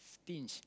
stingue